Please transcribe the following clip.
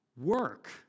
work